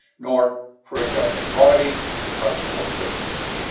nor for a governing body of jehovah's witnesses.